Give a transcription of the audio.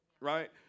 Right